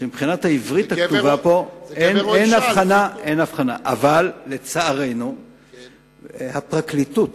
שמבחינת העברית אין הבחנה, אבל לצערנו הפרקליטות